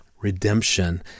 redemption